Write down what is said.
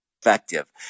effective